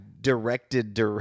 directed